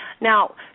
Now